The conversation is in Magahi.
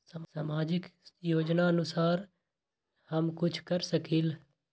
सामाजिक योजनानुसार हम कुछ कर सकील?